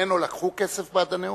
ממנו לקחו כסף בעד הנאום?